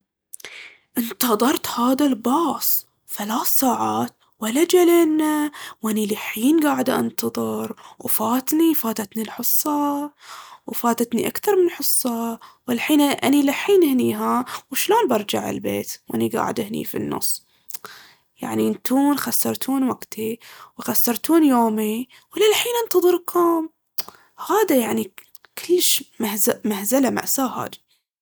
انتظرت هذا الباص ثلاث ساعات ولا جا لينا. وأني للحين قاعدة أنتظر، وفاتني، فاتتني الحصة وفاتتني أكثر من حصة. وألحين- أني للحين هنينا وشلون برجع البيت وأني قاعدة هني في النص؟ يعني انتون خسرتون وقتي وخسرتون يومي، وللحين انتظركم. هذا يعني كلش مهز- مهزلة، مأساة هاذي.